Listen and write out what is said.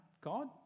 God